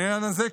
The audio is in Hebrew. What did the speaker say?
לעניין הזה,